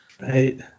right